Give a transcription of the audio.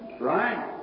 Right